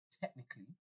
technically